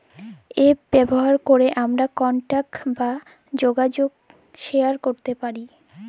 app ব্যাভার ক্যরে আমরা কলটাক বা জ্যগাজগ শেয়ার ক্যরতে পারি